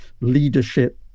leadership